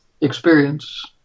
experience